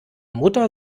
mutter